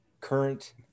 current